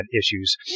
issues